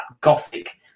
gothic